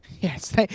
yes